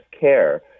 care